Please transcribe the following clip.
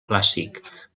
clàssic